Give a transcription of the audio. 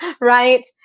Right